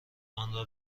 آنرا